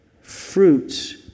fruits